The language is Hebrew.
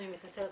אני מתנצלת,